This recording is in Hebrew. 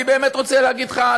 אני באמת רוצה להגיד לך,